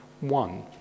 One